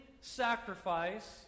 sacrifice